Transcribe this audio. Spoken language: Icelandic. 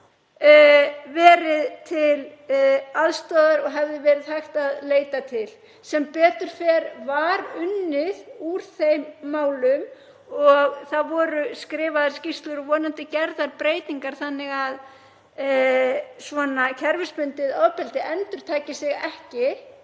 verið til aðstoðar og hefði verið hægt að leita til. Sem betur fer var unnið úr þeim málum og það voru skrifaðar skýrslur og vonandi gerðar breytingar þannig að svona kerfisbundið ofbeldi endurtaki sig ekki.